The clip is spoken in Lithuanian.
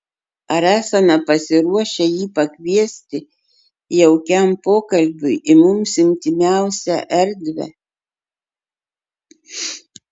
ar esame pasiruošę jį pakviesti jaukiam pokalbiui į mums intymiausią erdvę